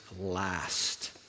last